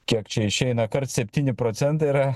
kiek čia išeina kart septyni procentai yra